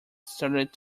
started